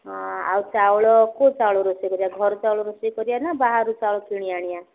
ହଁ ଆଉ ଚାଉଳ କୋଉ ଚାଉଳ ରୋଷେଇ କରିବା ଘର ଚାଉଳ ରୋଷେଇ କରିବା ନା ବାହାରୁ ଚାଉଳ କିଣି ଆଣିବା